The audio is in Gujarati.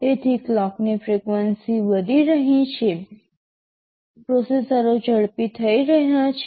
તેથી ક્લોકની ફ્રિક્વન્સી વધી રહી છે પ્રોસેસરો ઝડપી થઈ રહ્યા છે